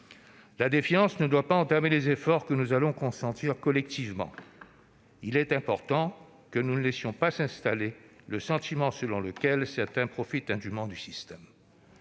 La défiance ne doit pas entamer les efforts que nous allons consentir collectivement. Il est important que nous ne laissions pas s'installer le sentiment, selon lequel certains profitent indûment du système.